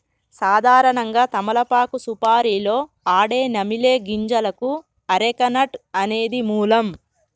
సాధారణంగా తమలపాకు సుపారీలో ఆడే నమిలే గింజలకు అరెక నట్ అనేది మూలం